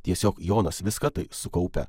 tiesiog jonas viską tai sukaupia